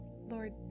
Lord